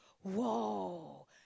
whoa